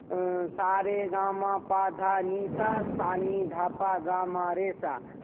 सारे गा मा पा धा नि सा सा नी धा पा गा मा रे सा